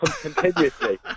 continuously